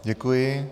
Děkuji.